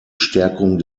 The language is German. stärkung